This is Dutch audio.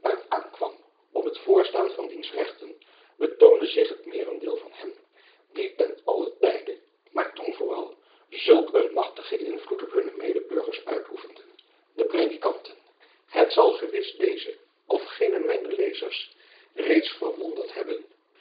aankwam op het voorstaan van diens rechten betoonde zich het meerendeel van hen die ten allen tijde maar toen vooral zulk een machtigen invloed op hunne medeburgers uitoefenden de predikanten het zal gewis deze of gene mijner lezers reeds verwonderd hebben